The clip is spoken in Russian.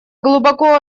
глубоко